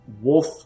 wolf-